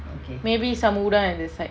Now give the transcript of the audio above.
maybe some udane at this side